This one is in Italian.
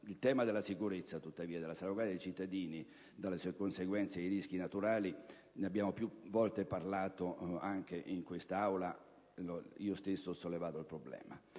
del tema della sicurezza e della salvaguardia dei cittadini dalle conseguenze dei rischi naturali ne abbiamo più volte parlato anche in quest'Aula: io stesso ho sollevato il problema.